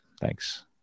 Thanks